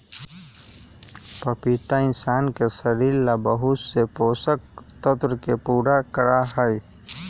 पपीता इंशान के शरीर ला बहुत से पोषक तत्व के पूरा करा हई